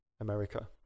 America